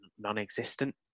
non-existent